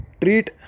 treat